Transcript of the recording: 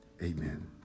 Amen